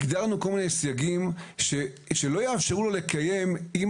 הגדרנו כל מיני סייגים שלא יאפשרו לו לקיים אם